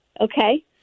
Okay